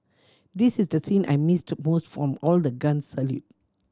this is the scene I missed most from all the guns salute